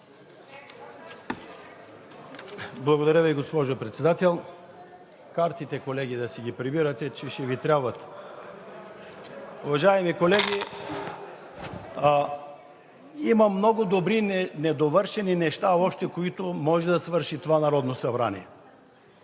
Благодаря Ви, госпожо Председател. Картите, колеги, да си ги прибирате, че ще Ви трябват. Уважаеми колеги! Има още много добри недовършени неща, които може да свърши това Народно събрание.